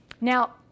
now